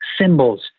symbols